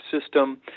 system